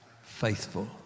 faithful